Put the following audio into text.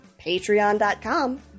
patreon.com